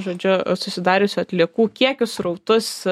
žodžiu susidariusių atliekų kiekius srautus